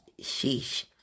sheesh